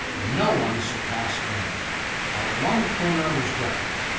no one surpassed bing but one crooner was different.